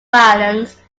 violence